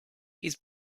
his